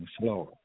slower